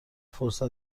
فرصت